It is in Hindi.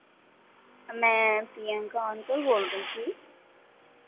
मैं प्रियंका बोल रही थी